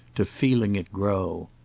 to feeling it grow.